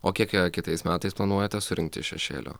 o kiek joje kitais metais planuojate surinkti iš šešėlio